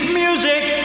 music